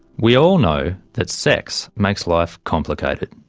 we all know that sex makes life complicated.